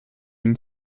une